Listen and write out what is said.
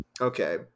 Okay